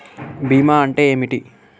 బీమా అంటే ఏమిటి?